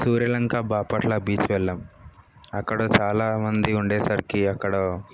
Suryalanka Bapatla beach వెళ్ళాము అక్కడ చాలా మంది ఉండేసరికి అక్కడ